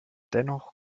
dennoch